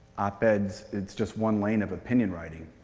op-eds, it's just one lane of opinion writing.